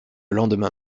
lendemain